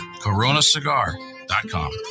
coronacigar.com